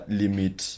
limit